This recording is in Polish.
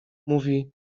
mówi